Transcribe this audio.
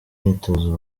myitozo